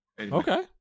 Okay